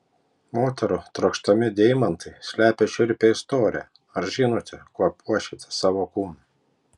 moterų trokštami deimantai slepia šiurpią istoriją ar žinote kuo puošiate savo kūną